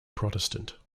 protestant